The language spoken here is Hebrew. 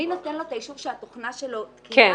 מי נותן לו את האישור שהתוכנה שלו תקינה?